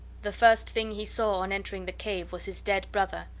the first thing he saw on entering the cave was his dead brother.